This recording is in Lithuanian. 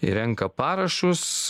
ir renka parašus